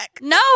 no